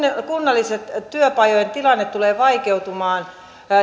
kunnallisten työpajojen tilanne tulee vaikeutumaan